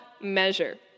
measure